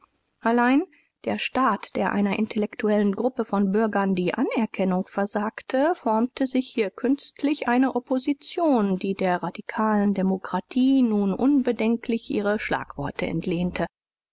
allein der staat der einer intellektuellen gruppe von bürgern die anerkennung versagte formte sich hier künstlich eine opposition die der radikalen demokratie nun unbedenklich ihre schlagworte entlehnte